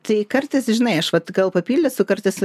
tai kartais žinai aš vat gal papildysiu kartais